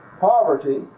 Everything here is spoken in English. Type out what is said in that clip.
poverty